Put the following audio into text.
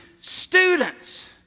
students